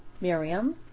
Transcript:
Miriam